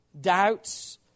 doubts